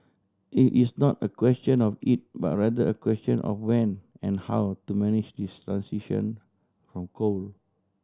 it is not a question of if but rather a question of when and how to manage the transition from coal